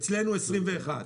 אצלנו 21,